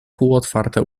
półotwarte